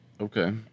Okay